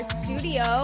studio